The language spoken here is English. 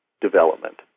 development